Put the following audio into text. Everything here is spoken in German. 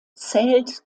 zählt